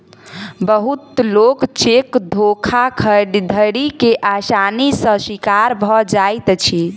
बहुत लोक चेक धोखाधड़ी के आसानी सॅ शिकार भ जाइत अछि